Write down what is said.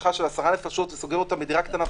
משפחה של עשר נפשות וסוגר אותם בדירה קטנה,